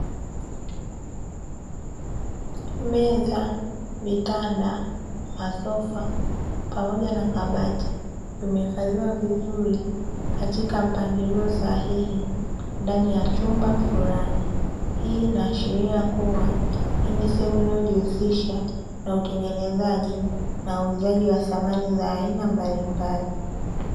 Meza, vitanda, masofa pamoja na kabati vimeifadhiwa vizuri katika mpangilio sahihi ndani ya chumba fulani, hii inaashiria kuwa hii sehemu inayojihusisha na utengenezaji na uuzaji wa samani za aina mbalimbali.